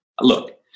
look –